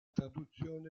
traduzione